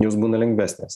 jos būna lengvesnės